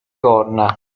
corna